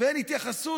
ואין התייחסות.